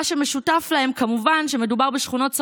מה שמשותף להן כמובן הוא שמדובר בשכונות משכבות